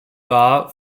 war